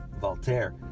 Voltaire